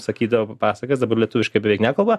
sakydavo pasakas dabar lietuviškai nekalba